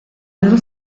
heldu